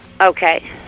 Okay